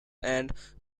and